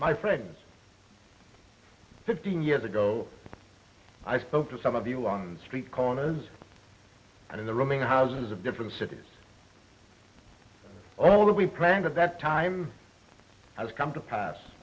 my friends fifteen years ago i spoke to some of you on the street corners and in the rooming houses of different cities all that we planned at that time has come to pass